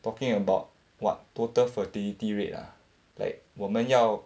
talking about what total fertility rate ah like 我们要